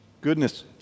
goodness